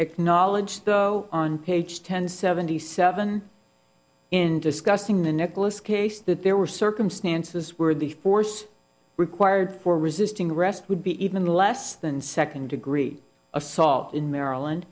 acknowledge though on page ten seventy seven in discussing the necklace case that there were circumstances where the force required for resisting arrest would be even less than second degree assault in maryland